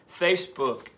Facebook